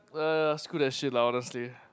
err screw that shit lah honestly